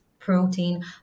protein